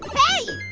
hey,